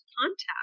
contact